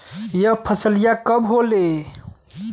यह फसलिया कब होले?